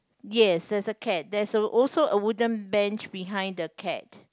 yes there's a cat there's a also a wooden bench behind the cat